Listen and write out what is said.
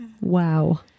Wow